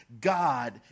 God